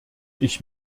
ich